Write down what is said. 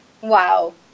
Wow